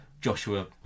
Joshua